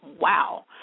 wow